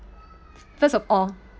first of all